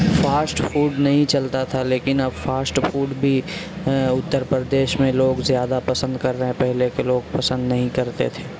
fast food نہیں چلتا تھا لیکن اب فاسٹ فوڈ بھی اتر پردیش میں لوگ زیادہ پسند کر رہے ہیں پہلے کے لوگ پسند نہیں کرتے تھے